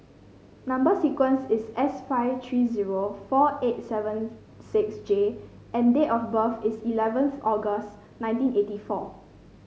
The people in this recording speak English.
number sequence is S five three zero four eight seven six J and date of birth is eleventh August nineteen eighty four